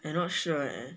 I not sure leh